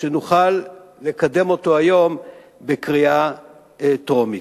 שנוכל לקדם אותו היום בקריאה טרומית.